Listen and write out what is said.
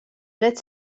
dret